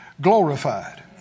glorified